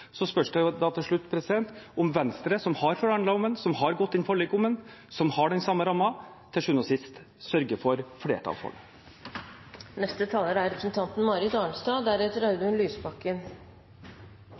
Så spørs det da til slutt om Venstre, som har forhandlet om det, som har inngått forlik om det, og som har den samme rammen, til syvende og sist sørger for flertall for det. Det er